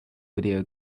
video